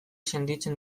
sentitzen